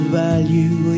value